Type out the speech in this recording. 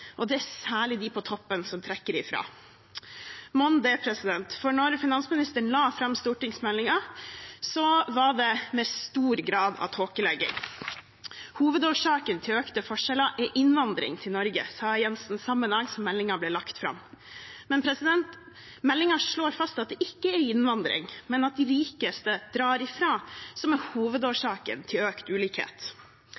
og det er særlig de på toppen som drar ifra. Mon det – for da finansministeren la fram stortingsmeldingen, var det med stor grad av tåkelegging. Hovedårsaken til økte forskjeller er innvandring til Norge, sa Jensen samme dag som meldingen ble lagt fram. Meldingen slår imidlertid fast at det ikke er innvandring, men det at de rikeste drar ifra, som er